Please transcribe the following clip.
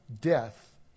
Death